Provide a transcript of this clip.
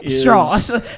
Straws